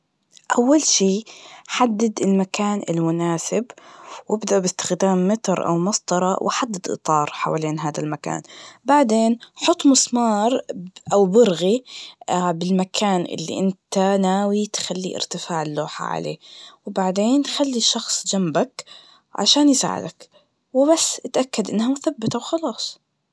أول شي حدد المكان المناسب, وابدأ باستخدام متر أو مسطرة وحدد الإطار حولين هادا المكان, بعدين حط مسمار ب- أ برغي بالمكان اللي إنت ناوي تخلي إرتافع اللوحة عليه, وبعدين خلي شخص جنبك عشان يساعدك, وبس, إتأكد إنها مثبتة وخلاص.